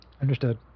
Understood